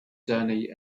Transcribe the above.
denny